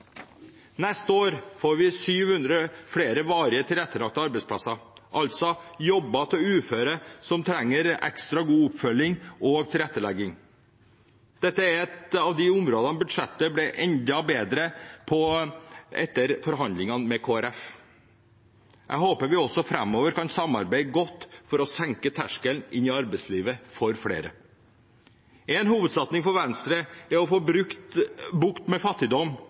Neste år får vi 700 flere varig tilrettelagte arbeidsplasser, altså jobber til uføre som trenger ekstra god oppfølging og tilrettelegging. Dette er et av de områdene der budsjettet ble enda bedre etter forhandlingene med Kristelig Folkeparti. Jeg håper vi også framover kan samarbeide godt for å senke terskelen inn til arbeidslivet for flere. En hovedsatsing for Venstre er å få bukt med fattigdom